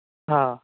हा